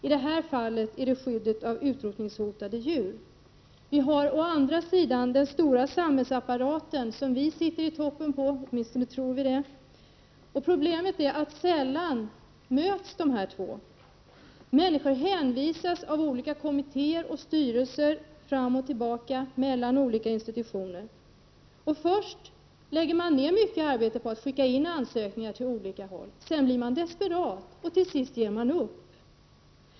I detta fall är det skyddet av utrotningshotade djur. Vi har å andra sidan den stora samhällsapparaten som vi sitter i toppen på — åtminstone tror vi det. Problemet är att sällan möts dessa två. Människor hänvisas av olika kommittéer och styrelser fram och tillbaka mellan olika institutioner. Först lägger man ned mycket arbete på att skicka in ansökningar åt olika håll. Sedan blir man desperat och till sist ger man upp.